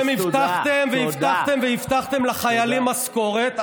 אתם הבטחתם והבטחתם והבטחתם לחיילים משכורת,